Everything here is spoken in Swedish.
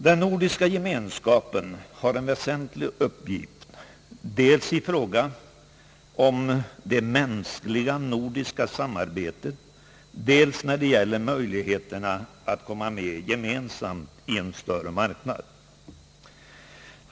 Den nordiska gemenskapen har en väsentlig uppgift, dels i fråga om det mänskliga nordiska samarbetet, dels när det gäller möjligheterna att gemensamt komma med i en större marknad.